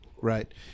Right